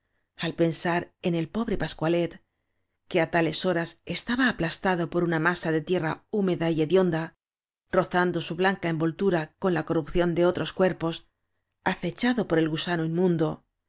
al pensar en el pobre pascualet que á tales horas estaba aplastado por una masa de tierra húmeda y hedionda rozando su blanca envoltura con la corrupción de otros cuerpos acechado por el gusano inmundo